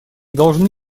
должны